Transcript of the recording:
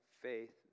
faith